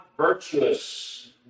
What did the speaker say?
virtuous